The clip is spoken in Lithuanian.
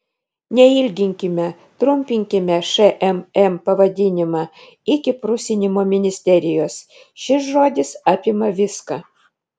neilginkime trumpinkime šmm pavadinimą iki prusinimo ministerijos šis žodis apima viską